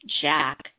Jack